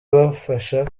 ibafasha